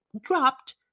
dropped